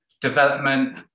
development